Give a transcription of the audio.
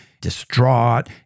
distraught